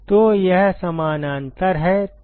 तो यह समानांतर है